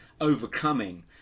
overcoming